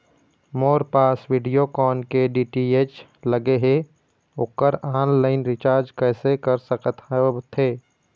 मोर पास वीडियोकॉन के डी.टी.एच लगे हे, ओकर ऑनलाइन रिचार्ज कैसे कर सकत होथे?